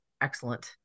excellent